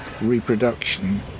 reproduction